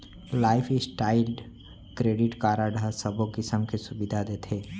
life style credit card ह सबो किसम के सुबिधा देथे